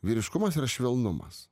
vyriškumas yra švelnumas